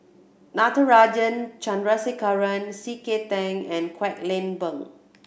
Natarajan Chandrasekaran C K Tang and Kwek Leng Beng